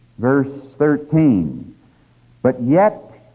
verse thirteen but yet